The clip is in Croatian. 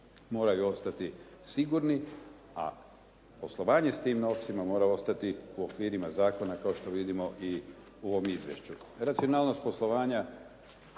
moraju ostati sigurni a poslovanje s tim novcima mora ostati u okvirima zakona kao što vidimo i u ovom izvješću. Racionalnog poslovanja